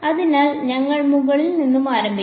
അതിനാൽ ഞങ്ങൾ മുകളിൽ നിന്ന് ആരംഭിക്കും